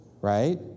right